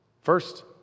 First